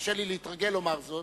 קשה לי להתרגל לומר זאת,